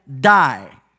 die